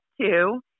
two